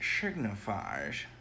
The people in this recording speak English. signifies